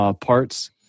parts